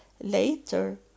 later